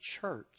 church